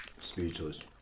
Speechless